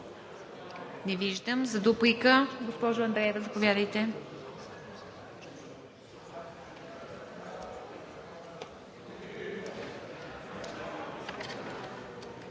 Не виждам. За дуплика? Госпожо Андреева, заповядайте.